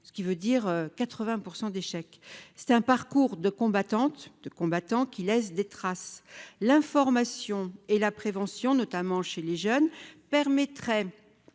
ce qui veut dire 80 % d'échec : c'était un parcours de combattante de combattants qui laisse des traces, l'information et la prévention, notamment chez les jeunes, permettrait